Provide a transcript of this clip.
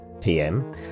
PM